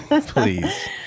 Please